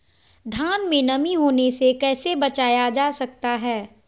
धान में नमी होने से कैसे बचाया जा सकता है?